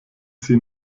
sie